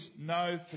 no